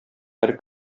һәр